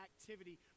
activity